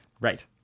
right